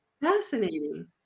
fascinating